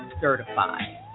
certified